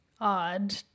odd